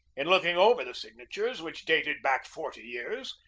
in looking over the signatures, which dated back forty years,